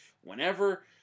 whenever